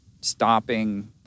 stopping